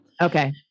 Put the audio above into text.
Okay